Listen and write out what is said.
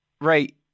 Right